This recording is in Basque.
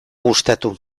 gustatu